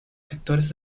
sectores